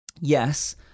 yes